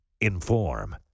Inform